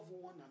one